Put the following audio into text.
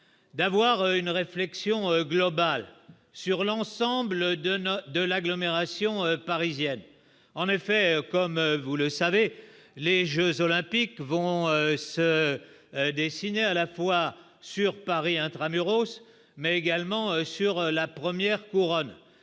d'avoir une réflexion globale sur l'ensemble de nos de l'agglomération parisienne, en effet, comme vous le savez, les jeux olympiques vont se dessiner à la fois sur Paris intra-muros, mais également sur la 1ère couronne